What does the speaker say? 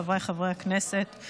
חבריי חברי הכנסת,